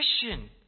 Christian